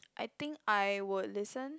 I think I would listen